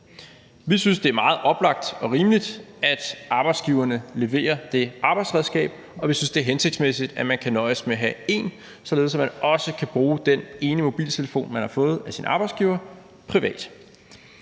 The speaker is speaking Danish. Vi synes, det er meget oplagt og rimeligt, at arbejdsgiverne leverer det arbejdsredskab, og vi synes, det er hensigtsmæssigt, at man kan nøjes med at have én, således at man også kan bruge den ene mobiltelefon, man har fået af sin arbejdsgiver, privat.